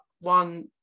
one